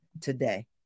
today